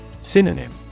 Synonym